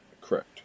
Correct